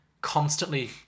Constantly